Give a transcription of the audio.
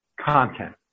content